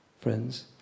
friends